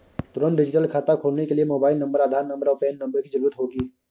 तुंरत डिजिटल खाता खोलने के लिए मोबाइल नंबर, आधार नंबर, और पेन नंबर की ज़रूरत होगी